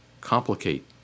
complicate